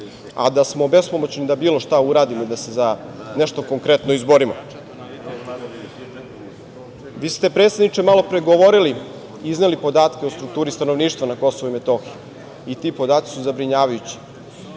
a da smo bespomoćni da bilo šta uradimo i da se za nešto konkretno izborimo. Vi ste, predsedniče, malopre govorili i izneli podatke o strukturi stanovništva na Kosovu i Metohiji. Ti podaci su zabrinjavajući.